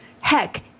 Heck